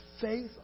faith